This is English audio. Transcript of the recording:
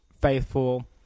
faithful